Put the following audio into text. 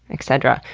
etc.